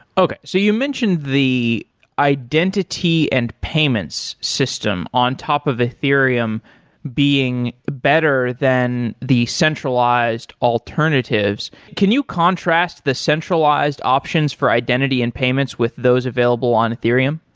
okay. so you mentioned the identity and payments system on top of ethereum being better better than the centralized alternatives. can you contrast the centralized options for identity and payments with those available on ethereum?